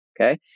Okay